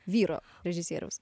vyro režisieriaus